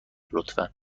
لطفا